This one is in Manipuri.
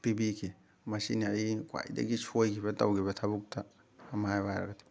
ꯄꯤꯕꯤꯈꯤ ꯃꯁꯤꯅꯤ ꯑꯩꯅ ꯈ꯭ꯋꯥꯏꯗꯒꯤ ꯁꯣꯏꯒꯤꯕ ꯇꯧꯒꯤꯕ ꯊꯕꯛꯇ ꯑꯃ ꯍꯥꯏꯌꯨ ꯍꯥꯏꯔꯒꯗꯤ